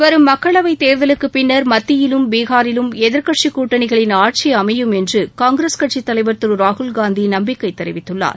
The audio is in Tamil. வரும் மக்களவைத் தேர்தலுக்குப் பின்னர் மத்தியிலும் பீஹாரிலும் எதிர்க்கட்சி கூட்டணிகளின் ஆட்சி அமையும் என்று காங்கிரஸ் கட்சித் தலைவர் திரு ராகுல் காந்தி நம்பிக்கை தெரிவித்துள்ளார்